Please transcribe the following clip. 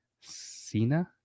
Cena